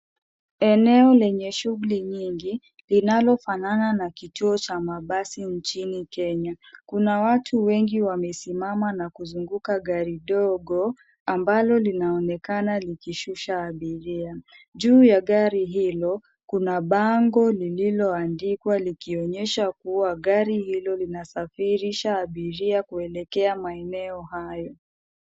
Eneo lenye shughuli nyingi linalofanana na kituo cha mabasi nchini kenya. Kuna watu wengi wamesimama na kuzunguka gari ndogo ambalo linaonekana likishusha abiria. Juu ya gari hilo kuna bango lililoandikwa likionyesha kuwa gari hilo linasafirisha abiria kuelekea maeneo hayo.